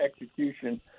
execution